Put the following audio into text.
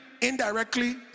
indirectly